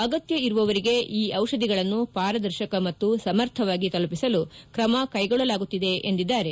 ಅಗತ್ಯ ಇರುವವರಿಗೆ ಈ ಔಷಧಿಗಳನ್ನು ಪಾರದರ್ಶಕ ಮತ್ತು ಸಮರ್ಥವಾಗಿ ತಲುಪಿಸಲು ಕ್ರಮಕ್ಕೆಗೊಳ್ಳಲಾಗುತ್ತಿದೆ ಎಂದಿದ್ದಾರೆ